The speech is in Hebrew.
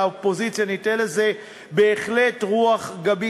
באופוזיציה ניתן לזה בהחלט רוח גבית.